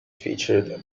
featured